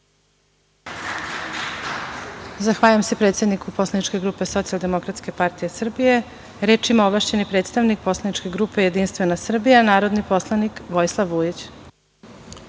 Zahvaljujem se predsedniku poslaničke grupe SDP Srbije. Reč ima ovlašćeni predstavnik poslaničke grupe Jedinstvena Srbija, narodni poslanik Vojislav Vujić.